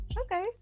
okay